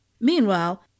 Meanwhile